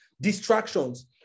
distractions